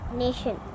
nation